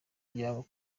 yabo